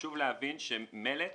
חשוב להבין שמלט